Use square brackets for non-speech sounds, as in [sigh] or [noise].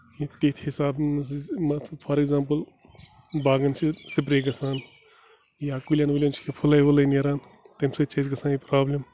[unintelligible] تِتھۍ حِسابہٕ [unintelligible] for example باغن چھِ سٕپرے گژھان یا کُلٮ۪ن وُلٮ۪ن چھِ کیٚنٛہہ فٕلَے وٕلَے نیران تَمہِ سۭتۍ چھِ اَسہِ گژھان یہِ پرٛابلِم